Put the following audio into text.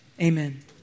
amen